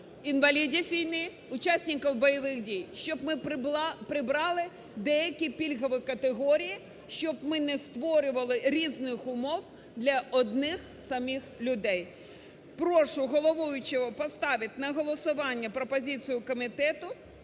інвалідів війни, учасників бойових дій, щоб ми прибрали деякі пільгові категорії, щоб ми не створювали різних умов для одних самих людей. Прошу головуючого поставити на голосування пропозицію комітету